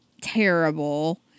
terrible